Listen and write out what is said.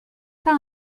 pas